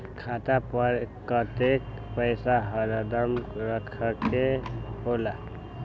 खाता पर कतेक पैसा हरदम रखखे के होला?